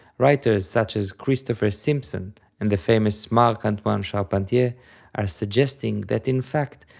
writers such as christopher simpson and the famous marc-antoine charpentier are suggesting that in fact,